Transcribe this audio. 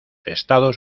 estados